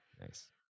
Nice